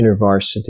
InterVarsity